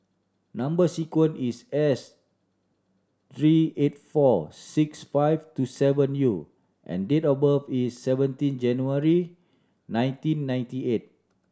number sequence is S three eight four six five two seven U and date of birth is seventeen January nineteen ninety eight